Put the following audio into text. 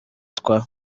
twa